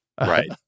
right